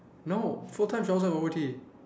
no full time also got O_T